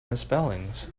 misspellings